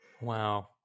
Wow